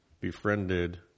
befriended